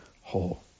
whole